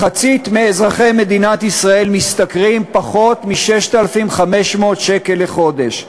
מחצית מאזרחי מדינת ישראל משתכרים פחות מ-6,500 שקלים לחודש.